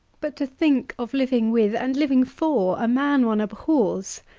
but to think of living with and living for a man one abhors,